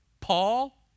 Paul